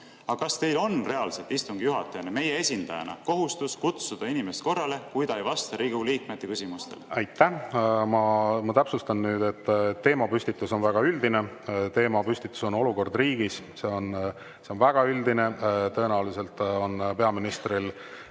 Aga kas teil on reaalselt istungi juhatajana, meie esindajana kohustus kutsuda inimest korrale, kui ta ei vasta Riigikogu liikmete küsimustele? Aitäh! Ma täpsustan, et teemapüstitus on väga üldine. Teema on "Olukord riigis", see on väga üldine. Tõenäoliselt on peaministril